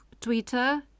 Twitter